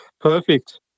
Perfect